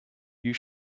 you